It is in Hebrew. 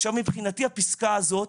עכשיו, מבחינתי הפסקה הזאת